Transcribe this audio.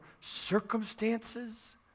circumstances